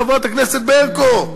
חברת הכנסת ברקו.